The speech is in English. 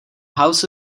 house